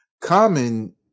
Common